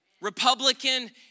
Republican